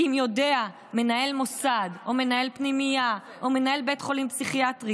כי אם יודע מנהל מוסד או מנהל פנימייה או מנהל בית חולים פסיכיאטרי